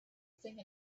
thing